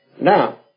Now